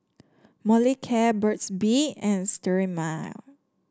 Molicare Burt's Bee and Sterimar